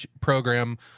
program